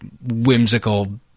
whimsical